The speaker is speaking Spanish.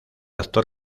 actor